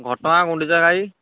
ଘଟଗାଁ ଗୁଣ୍ଡିଚା ଘାଇ